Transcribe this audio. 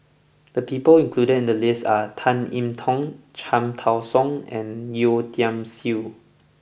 the people included in the list are Tan I Tong Cham Tao Soon and Yeo Tiam Siew